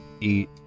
eat